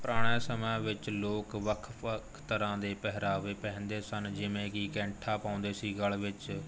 ਪੁਰਾਣਿਆਂ ਸਮਿਆਂ ਵਿੱਚ ਲੋਕ ਵੱਖ ਵੱਖ ਤਰ੍ਹਾਂ ਦੇ ਪਹਿਰਾਵੇ ਪਹਿਨਦੇ ਸਨ ਜਿਵੇਂ ਕਿ ਕੈਂਠਾ ਪਾਉਂਦੇ ਸੀ ਗਲ਼ ਵਿੱਚ